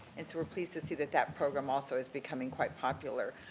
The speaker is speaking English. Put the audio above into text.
and, so, we're pleased to see that that program also is becoming quite popular.